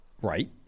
Right